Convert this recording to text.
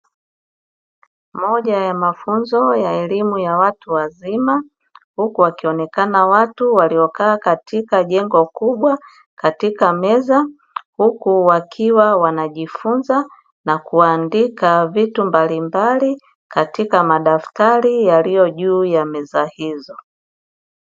Moja ya mafunzo ya elimu ya watu wazima, huku wakionekana watu waliokaa katika jengo kubwa katika meza, huku wakiwa wanajifunza na kuandika vitu mbalimbali katika madaftari yaliyo juu ya meza hizo.